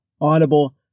Audible